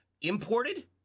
imported